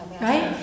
right